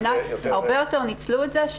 הרבה יותר ניצלו את זה,